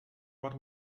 what